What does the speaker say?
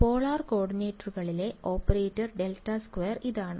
polar കോർഡിനേറ്റുകളിലെ operator operator ∇2 ഇതാണ്